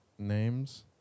names